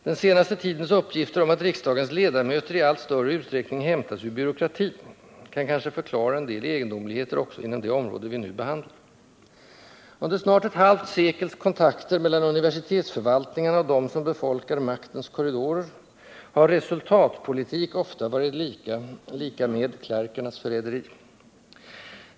Den senaste tidens uppgifter om att riksdagens ledamöter i allt större utsträckning hämtas ur byråkratin kan kanske förklara en del egendomligheter också inom det område vi nu behandlar. Under snart ett halvt sekels kontakter mellan universitetsförvaltningarna och dem som befolkar maktens korridorer har ”resultatpolitik” ofta varit liktydigt med klerkernas förräderi.